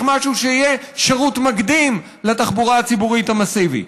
משהו שיהיה שירות מקדים לתחבורה הציבורית המסיבית.